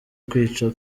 kwica